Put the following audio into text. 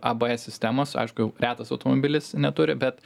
abs sistemos aišku jau retas automobilis neturi bet